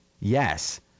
Yes